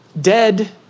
dead